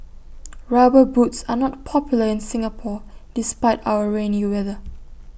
rubber boots are not popular in Singapore despite our rainy weather